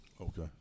Okay